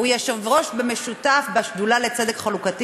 הוא יושב-ראש במשותף בשדולה לצדק חלוקתי